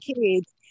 kids